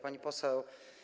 Pani Poseł!